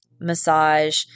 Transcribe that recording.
massage